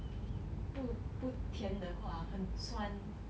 不不甜的话很酸